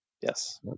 Yes